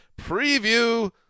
preview